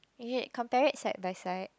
you need to compare it side by side